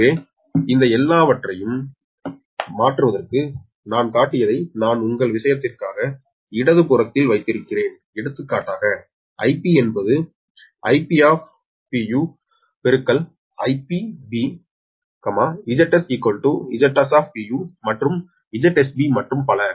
எனவே இந்த எல்லாவற்றையும் மாற்றுவதற்கு நான் காட்டியதை நான் உங்கள் விஷயத்திற்காக இடது புறத்தில் வைத்திருக்கிறேன் எடுத்துக்காட்டாக Ip என்பது Ip IpB ZsZs மற்றும் ZsB மற்றும் பல